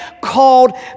called